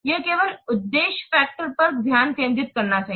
यह केवल उद्देश्य फैक्टर पर ध्यान केंद्रित करना चाहिए